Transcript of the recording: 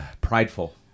prideful